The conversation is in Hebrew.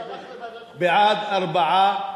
בעד, 4,